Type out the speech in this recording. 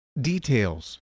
Details